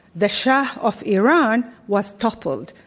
the shah of iran, was toppled.